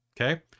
Okay